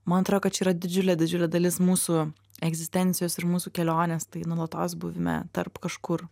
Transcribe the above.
man atrodo kad čia yra didžiulė didžiulė dalis mūsų egzistencijos ir mūsų kelionės tai nuolatos buvime tarp kažkur